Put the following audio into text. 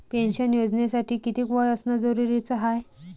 Pension योजनेसाठी कितीक वय असनं जरुरीच हाय?